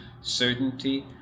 certainty